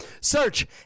Search